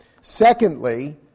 Secondly